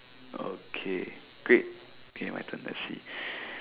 okay great okay my turn let's see